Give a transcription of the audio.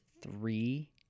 three